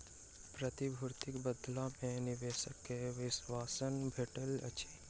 प्रतिभूतिक बदला मे निवेशक के आश्वासन भेटैत अछि